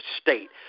State